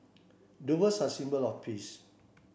doves are a symbol of peace